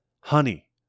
Honey